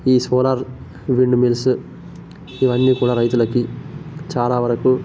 ఈ solar wind mills ఇవన్నీ కూడా రైతులకి చాలా వరకు